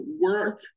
work